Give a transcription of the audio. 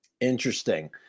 Interesting